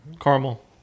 Caramel